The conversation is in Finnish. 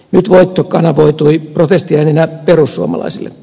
nyt voitto kanavoitui protestiääninä perussuomalaisille